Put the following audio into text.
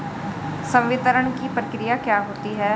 संवितरण की प्रक्रिया क्या होती है?